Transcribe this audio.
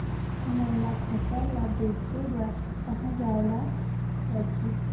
हमन ला फसल ला बेचे बर कहां जाये ला लगही?